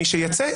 מי שיצא,